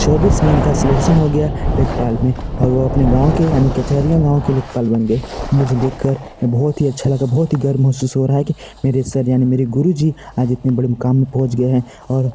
चौबीस में उनका सिलेक्शन हो गया लेखपाल में और वो अपने गाँव के यानी कचहरीयाँ गाँव के लेखपाल बन गए मुझे देखकर बहुत ही अच्छा लगा बहुत ही गर्व महसूस हो रहा है कि मेरे सर यानि मेरे गुरु जी आज इतने बड़े मुकाम पे पहुँच गए हैं और